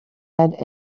had